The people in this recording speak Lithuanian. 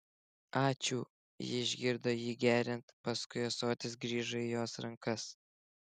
ačiū ji išgirdo jį geriant paskui ąsotis grįžo įjos rankas